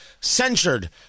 Censured